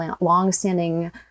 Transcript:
longstanding